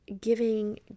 giving